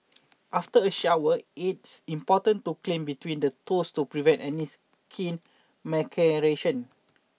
after a shower it's important to clean between the toes to prevent any skin maceration